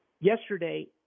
yesterday